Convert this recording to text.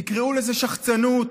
תקראו לזה שחצנות,